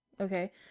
Okay